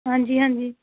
ਹਾਂਜੀ ਹਾਂਜੀ